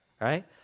right